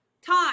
time